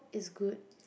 it's good